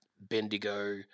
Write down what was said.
Bendigo